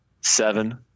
Seven